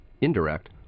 indirect